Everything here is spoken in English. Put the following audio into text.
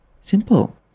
Simple